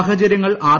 സാഹചര്യങ്ങൾ ആർ